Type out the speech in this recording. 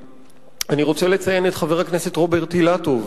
אני רוצה לציין את חבר הכנסת רוברט אילטוב,